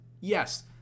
Yes